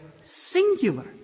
singular